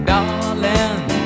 Darling